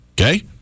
Okay